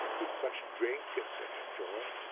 with such drink and such joy